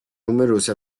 numerosi